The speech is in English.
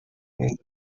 and